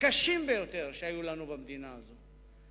הקשים ביותר שהיו לנו במדינה הזאת,